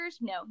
no